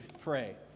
pray